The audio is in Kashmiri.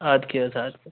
آدٕ کیٛاہ حظ ادٕ کیٛاہ